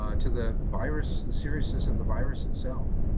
ah to the virus, the seriousness of the virus itself.